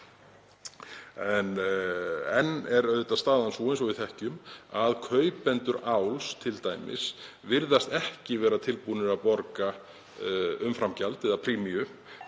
Enn er staðan sú, eins og við þekkjum, að kaupendur áls t.d. virðast ekki vera tilbúnir að borga umframgjald eða premiu